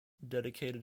dedicated